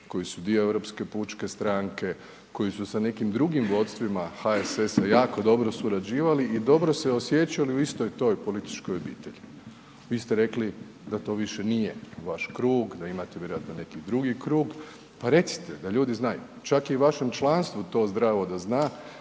koji su dio Europske pučke stranke, koji su sa nekim drugim vodstvima HSS-a jako dobro surađivali i dobro se osjećali u istoj toj političkoj obitelji. Vi ste rekli da to više nije vaš krug, da imate vjerojatno neki drugi krug, pa recite da ljudi znaju, čak je i u vašem članstvu to zdravo da zna